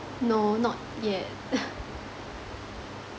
no not yet